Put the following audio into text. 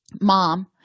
mom